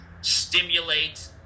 stimulate